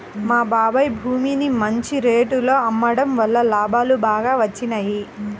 మా బాబాయ్ భూమిని మంచి రేటులో అమ్మడం వల్ల లాభాలు బాగా వచ్చినియ్యి